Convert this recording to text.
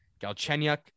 Galchenyuk